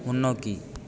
முன்னோக்கி